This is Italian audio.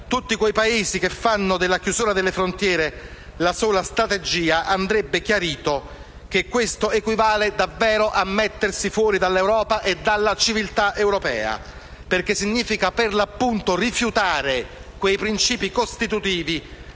tutti quei Paesi che fanno della chiusura delle frontiere la sola strategia, andrebbe chiarito che questo equivale davvero a mettersi fuori dall'Europa e dalla civiltà europea, perché significa rifiutare i princìpi costitutivi